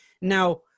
Now